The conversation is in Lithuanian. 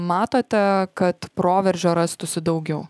matote kad proveržio rastųsi daugiau